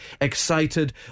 excited